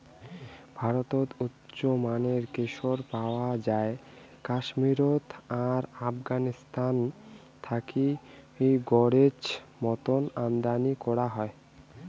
ভারতত উচ্চমানের কেশর পাওয়াং যাই কাশ্মীরত আর আফগানিস্তান থাকি গরোজ মতন আমদানি করাং হই